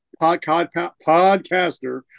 podcaster